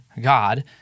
God